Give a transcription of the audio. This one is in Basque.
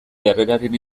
jarreraren